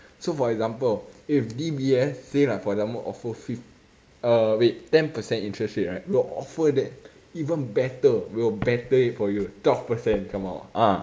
so for example if D_B_S say like for example offer fif~ uh wait ten percent interest rate right we will offer that even better we will better it for you twelve percent some more ah